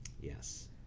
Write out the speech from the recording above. Yes